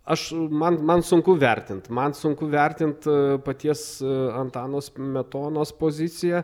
aš man man sunku vertint man sunku vertinti paties antano smetonos poziciją